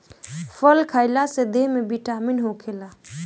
फल खइला से देहि में बिटामिन होखेला